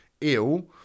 ill